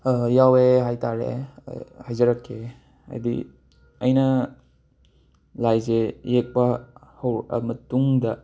ꯌꯥꯎꯋꯦ ꯍꯥꯏ ꯇꯥꯔꯦ ꯍꯥꯏꯖꯔꯛꯀꯦ ꯍꯥꯏꯗꯤ ꯑꯩꯅ ꯂꯥꯏꯁꯦ ꯌꯦꯛꯄ ꯍꯧꯔꯛꯑ ꯃꯇꯨꯡꯗ